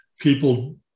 People